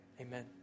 amen